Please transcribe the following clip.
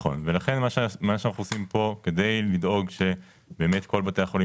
לכן מה שאנו עושים פה כדי לדאוג שכל בתי החולים